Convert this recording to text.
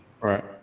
right